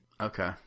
Okay